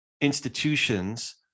institutions